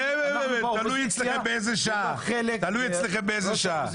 אנחנו באופוזיציה ולא חלק --- תלוי אצלכם באיזו שעה.